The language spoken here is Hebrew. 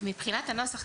מבחינת הנוסח,